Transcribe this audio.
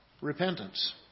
repentance